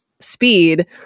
speed